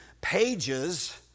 pages